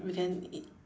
we can